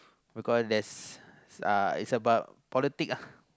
because there's uh is about politic ah